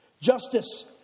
Justice